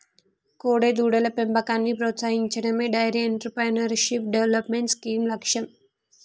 కోడెదూడల పెంపకాన్ని ప్రోత్సహించడమే డెయిరీ ఎంటర్ప్రెన్యూర్షిప్ డెవలప్మెంట్ స్కీమ్ లక్ష్యం